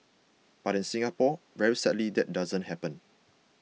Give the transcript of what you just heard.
but in Singapore very sadly that doesn't happen